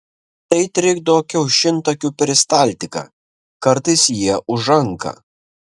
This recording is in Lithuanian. tai trikdo kiaušintakių peristaltiką kartais jie užanka